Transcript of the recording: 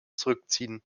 zurückziehen